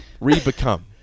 Re-become